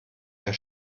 der